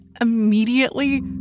immediately